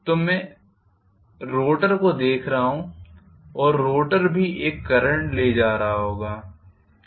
तो मैं रोटर को देख रहा हूं और रोटर भी एक करंट ले जा रहा होगा